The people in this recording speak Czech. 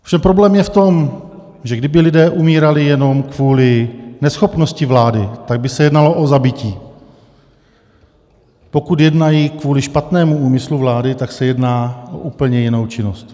Ovšem problém je v tom, že kdyby lidé umírali jenom kvůli neschopnosti vlády, tak by se jednalo o zabití, pokud jednají kvůli špatnému úmyslu vlády, tak se jedná o úplně jinou činnost.